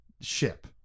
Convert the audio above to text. ship